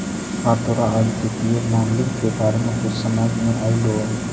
का तोरा आज वित्तीय मॉडलिंग के बारे में कुछ समझ मे अयलो?